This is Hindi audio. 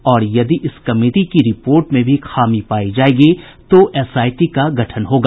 और यदि इस कमिटी की रिपोर्ट में भी खामी पाई जायेगी तो एसआईटी का गठन होगा